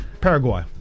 Paraguay